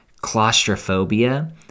claustrophobia